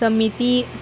समिती